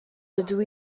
dydw